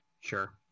Sure